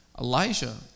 Elijah